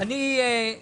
זאת